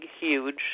huge